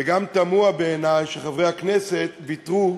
וגם תמוה בעיני שחברי הכנסת ויתרו,